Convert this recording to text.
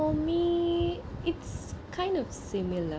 for me it's kind of similar